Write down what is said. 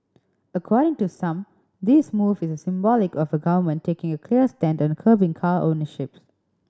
according to some this move is symbolic of a government taking a clear stand on curbing car ownership